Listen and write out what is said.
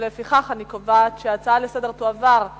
לפיכך אני קובעת שההצעות לסדר-היום תועברנה